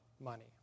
money